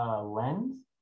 lens